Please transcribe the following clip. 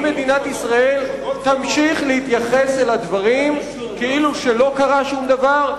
אם מדינת ישראל תמשיך להתייחס לדברים כאילו שלא קרה שום דבר,